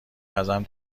ازم